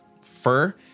fur